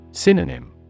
Synonym